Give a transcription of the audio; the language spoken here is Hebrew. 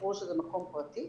תזכרו שזה מקום פרטי,